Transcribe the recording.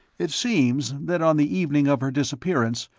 it seems that on the evening of her disappearance,